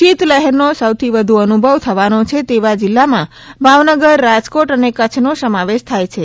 શીત લહેર નો સૌથી વધુ અનુભવ થવાનો છે તેવા જિલ્લા માં ભાવનગર રાજકોટ અને કચ્છ નો સમાવેશ થાય છે